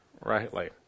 rightly